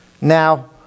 Now